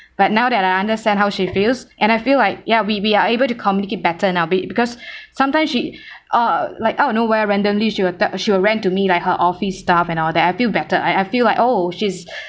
but now that I understand how she feels and I feel like ya we we are able to communicate better now be because sometime she ah like out of nowhere randomly she will tell she will rant to me like her office stuff and all that I feel better I I feel like oh she's